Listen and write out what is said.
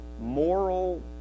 moral